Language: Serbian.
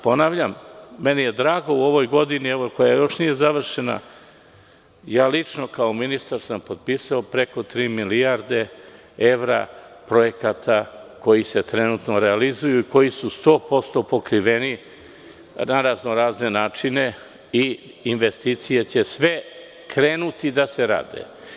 Ponavljam, meni je drago, u ovoj godini koja još nije završena, lično sam kao ministar potpisao preko tri milijarde evra projekata koji se trenutno realizuju i koji su 100% pokriveni na razne načine i investicije će sve krenuti da se rade.